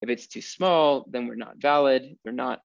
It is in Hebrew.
‫אם זה קטן מידיי, ‫אז אנחנו לא תקפים, אנחנו לא...